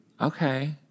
Okay